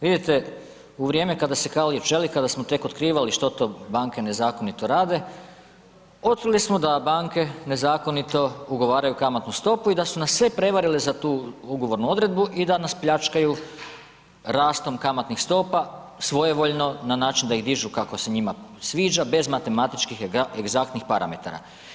Vidite u vrijeme kada se kalio čelik kada smo tek otkrivali što to banke nezakonito rade, otkrili smo da banke nezakonito ugovaraju kamatnu stopu i da su nas sve prevarili za tu ugovornu odredbu i da nas pljačkaju rastom kamatnih stopa, svojevoljno na način da ih dižu kako se njima sviđa, bez matematičkih egzaktnih parametara.